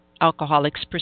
alcoholics